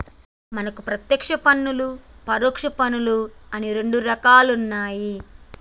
మనకు పత్యేక్ష పన్నులు పరొచ్చ పన్నులు అని రెండు రకాలుంటాయి